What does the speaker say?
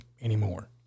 anymore